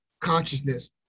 consciousness